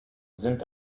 sind